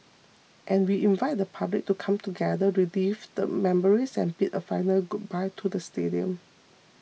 and we invite the public to come together relive the memories and bid a final goodbye to the stadium